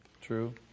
True